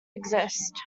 exist